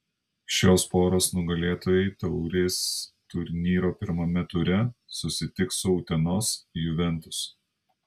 šios poros nugalėtojai taurės turnyro pirmame ture susitiks su utenos juventus